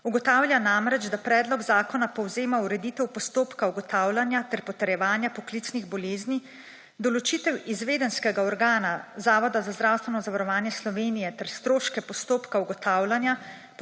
Ugotavlja namreč, da predlog zakona povzema ureditev postopka ugotavljanja ter potrjevanja poklicnih bolezni, določitev izvedenskega organa Zavoda za zdravstveno zavarovanje Slovenije ter stroške postopka ugotavljanja,